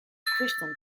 crichton